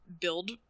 Build